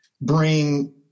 bring